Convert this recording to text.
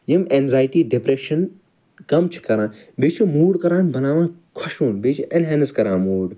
یِم anxiety depression کم چھِ کَران بیٚیہِ چھِ موٗڑ کران بناوان خۄشوُن بیٚیہِ چھِ ایٚنہینٕس کران موٗڑ